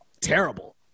terrible